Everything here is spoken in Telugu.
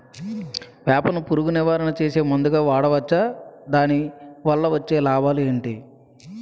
వేప ను పురుగు నివారణ చేసే మందుగా వాడవచ్చా? దాని వల్ల వచ్చే లాభాలు ఏంటి?